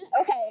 okay